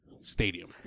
stadium